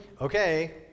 okay